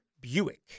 Buick